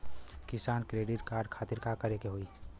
किसान credit card खातिर का करे के होई?